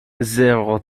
zéro